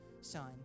son